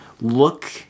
look